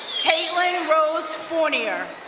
kaitlyn rose fournier.